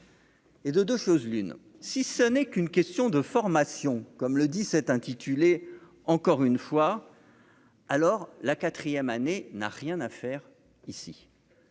Et de 2 choses l'une, si ce n'est qu'une question de formation comme le dix-sept, intitulé encore une fois, alors la quatrième année n'a rien à faire ici.